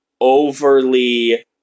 overly